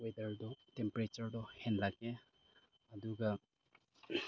ꯋꯦꯗꯔꯗꯣ ꯇꯦꯝꯄꯔꯦꯆꯔꯗꯣ ꯍꯦꯜꯂꯛꯑꯦ ꯑꯗꯨꯒ